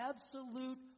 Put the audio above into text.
absolute